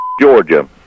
Georgia